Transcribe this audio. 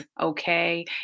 Okay